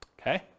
okay